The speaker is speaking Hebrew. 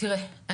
תראה,